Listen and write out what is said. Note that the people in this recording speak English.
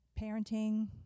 parenting